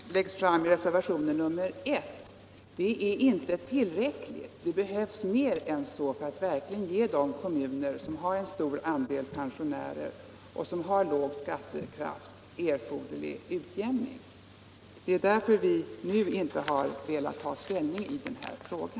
Herr talman! Eftersom jag sitter i skatteutjämningsutredningen är jag utomordentligt väl medveten om skillnaderna i skattekraft och åldersstruktur mellan olika kommuner. Därför tycker jag att ett förslag som det som framläggs i reservationen 1 a inte är tillräckligt — det behövs mer än så för att ge de kommuner som har en stor andel pensionärer och som har låg skattekraft erforderlig utjämning. Det är därför vi nu inte har velat ta ställning i denna fråga.